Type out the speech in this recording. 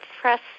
press